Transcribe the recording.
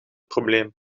probleem